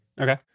Okay